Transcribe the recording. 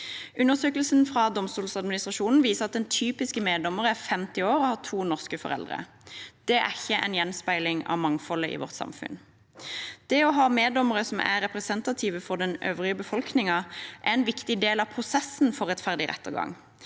Undersøkelsen fra Domstoladministrasjonen viser at den typiske meddommeren er 50 år og har to norske foreldre. Det er ikke en gjenspeiling av mangfoldet i vårt samfunn. Det å ha meddommere som er representative for den øvrige befolkningen, er en viktig del av prosessen rundt en rettferdig rettergang.